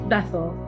Bethel